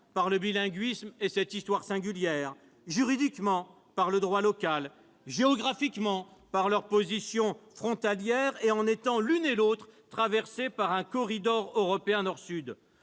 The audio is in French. par le bilinguisme et cette histoire singulière ; juridiquement, par le droit local ; géographiquement, par leur position frontalière et ces territoires étant l'un et l'autre traversés par un corridor européen nord-sud.